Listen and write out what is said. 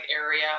area